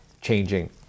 changing